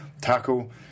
tackle